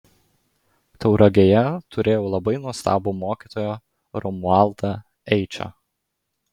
tauragėje turėjau labai nuostabų mokytoją romualdą eičą